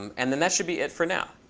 um and then that should be it for now.